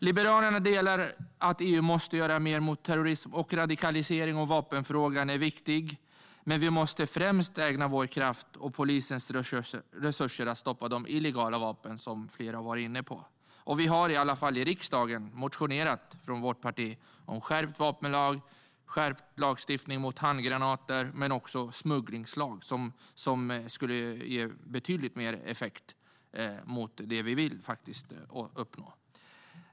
Liberalerna instämmer i att EU måste göra mer mot terrorism och radikalisering, och vapenfrågan är viktig. Men vi måste främst ägna vår kraft och polisens resurser åt att stoppa de illegala vapnen, som flera har varit inne på. Vi har i riksdagen motionerat från vårt parti om skärpt vapenlag, skärpt lagstiftning mot handgranater och en smugglingslag. Det skulle ge betydligt mer effekt för det vill vi uppnå.